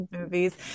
movies